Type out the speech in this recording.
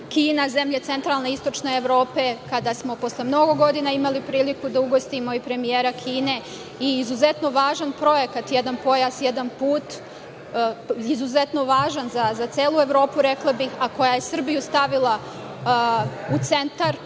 Kina- Zemlje centralnoistočne Evrope, kada smo posle mnogo godina imali priliku i da ugostimo premijera Kine, i izuzetno važan projekat „Jedan pojas-jedan put“, izuzetno važan za celu Evropu, rekla bih, a koja je Srbiju stavila u centar